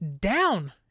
down